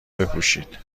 بپوشید